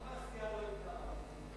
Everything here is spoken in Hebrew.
למה הסיעה לא התנערה מזה?